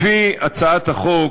לפי הצעת החוק,